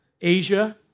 Asia